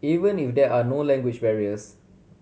even if there are no language barriers